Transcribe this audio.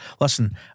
listen